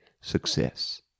success